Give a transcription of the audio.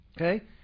Okay